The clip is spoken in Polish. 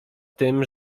tym